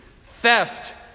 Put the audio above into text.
theft